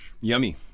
Yummy